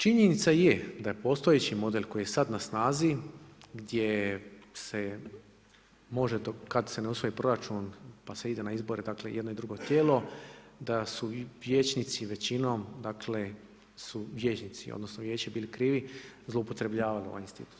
Činjenica je da je postojeći model koji je sada na snazi, gdje se može, kada se ne usvoji proračun pa se ide na izbore, dakle i jedno i drugo tijelo, da su vijećnici većinom dakle su, vijećnici, odnosno vijeće bili krivi, zloupotrjebljavalo ovaj institut.